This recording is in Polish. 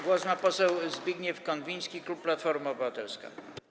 Głos ma poseł Zbigniew Konwiński, klub Platforma Obywatelska.